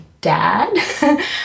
dad